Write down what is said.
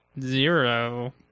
Zero